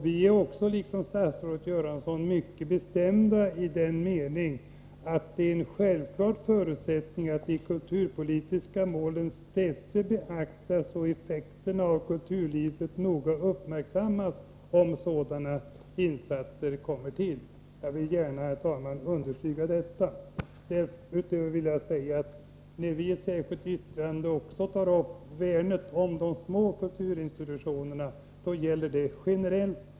Vi hävdar, liksom statsrådet Göransson, mycket bestämt den meningen att det är en självklar förutsättning att de kulturpolitiska målen städse beaktas och effekterna på kulturlivet noga uppmärksammas om sådana insatser kommer till stånd. Jag vill, herr talman, gärna understryka detta. När vi i ett särskilt yttrande värnar om de små kulturinstitutionerna gäller det generellt.